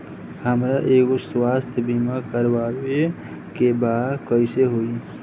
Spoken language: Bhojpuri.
हमरा एगो स्वास्थ्य बीमा करवाए के बा कइसे होई?